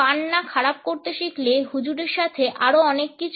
কান না খারাপ করতে শিখলে হুজুরের সাথে আরও অনেক কিছু